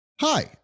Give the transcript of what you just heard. Hi